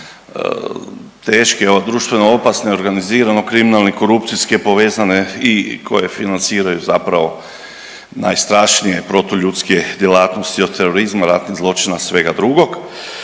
teške, društveno opasne, organiziranog, kriminalni i korupcijski povezane i koje financiraju zapravo najstrašnije protuljudske djelatnosti, od terorizma, ratnih zločina, svega drugog.